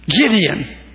Gideon